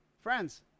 Friends